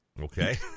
okay